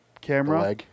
camera